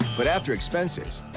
but after expenses,